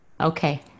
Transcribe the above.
Okay